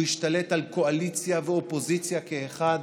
הוא ישתלט על קואליציה ועל אופוזיציה כאחד.